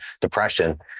depression